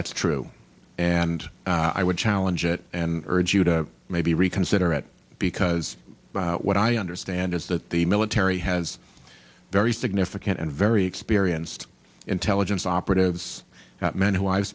that's true and i would challenge it and urge you to maybe reconsider at because what i understand is that the military has very significant and very experienced intelligence operatives that men who i've